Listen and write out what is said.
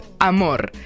amor